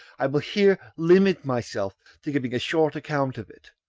i will here limit myself to giving a short account of it,